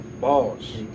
boss